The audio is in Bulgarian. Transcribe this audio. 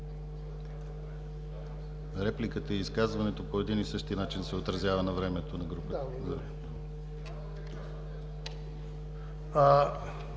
Репликата и изказването по един и същи начин се отразява на времето на групата.